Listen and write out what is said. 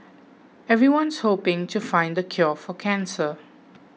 everyone's hoping to find the cure for cancer